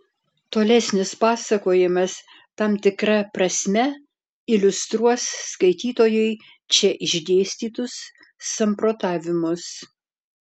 tolesnis pasakojimas tam tikra prasme iliustruos skaitytojui čia išdėstytus samprotavimus